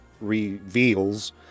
reveals